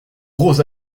gros